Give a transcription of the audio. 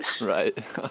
Right